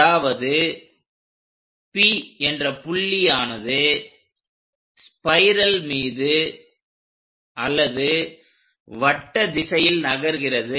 அதாவது P என்ற புள்ளியானது ஸ்பைரல் மீது அல்லது வட்ட திசையில் நகர்கிறது